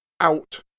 out